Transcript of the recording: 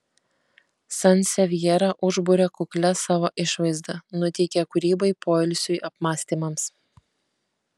sansevjera užburia kuklia savo išvaizda nuteikia kūrybai poilsiui apmąstymams